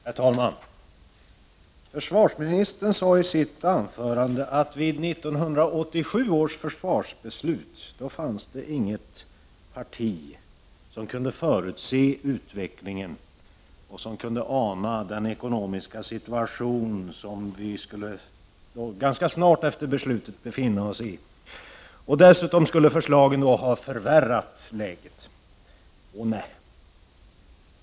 Herr talman! Försvarsministern sade i sitt anförande att vid 1987 års försvarsbeslut fanns det inget parti som kunde förutse utvecklingen och som kunde ana den ekonomiska situation som vi ganska snart efter beslutet skulle befinna oss i. Dessutom skulle förslagen ha förvärrat läget. Ånej!